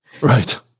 Right